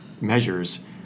measures